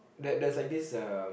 that that like this um